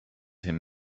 him